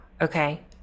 Okay